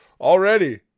already